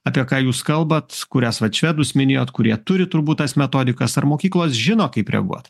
apie ką jūs kalbat kurias vat švedus minėjot kurie turi turbūt tas metodikas ar mokyklos žino kaip reaguot